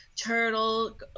turtle